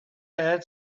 had